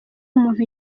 umuntu